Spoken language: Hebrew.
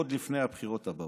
עוד לפני הבחירות הבאות.